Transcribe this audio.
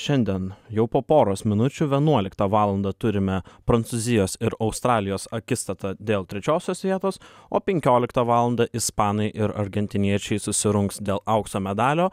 šiandien jau po poros minučių vienuoliktą valandą turime prancūzijos ir australijos akistatą dėl trečiosios vietos o penkioliktą valandą ispanai ir argentiniečiai susirungs dėl aukso medalio